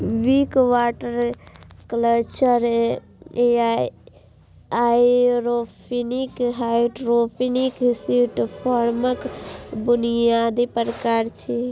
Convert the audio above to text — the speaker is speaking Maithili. विक, वाटर कल्चर आ एयरोपोनिक हाइड्रोपोनिक सिस्टमक बुनियादी प्रकार छियै